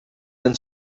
ens